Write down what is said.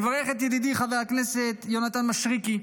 אני מברך את ידידי חבר הכנסת יונתן מישרקי,